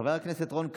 חבר הכנסת רון כץ.